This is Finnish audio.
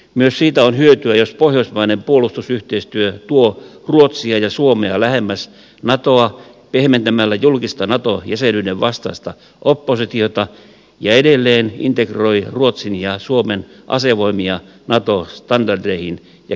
myös siitä on hyötyä jos pohjoismainen puolustusyhteistyö tuo ruotsia ja suomea lähemmäs natoa pehmentämällä julkista nato jäsenyyden vastaista oppositiota ja edelleen integroi ruotsin ja suomen asevoimia nato standardeihin ja käytäntöihin